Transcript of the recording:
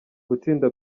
gutsinda